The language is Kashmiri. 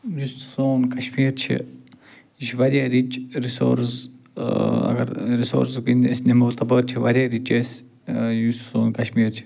یُس سون کشمیٖر چھُ یہ چھُ واریاہ رِچ رسورٕس ٲں اگر رِسورسُک أسۍ نِمو تپٲرۍ چھِ واریاہ رِچ أسۍ ٲں یُس سون کشمیٖر چھُ